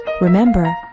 Remember